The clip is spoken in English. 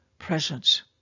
Presence